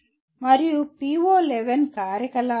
మరియు PO11 కార్యకలాపాలు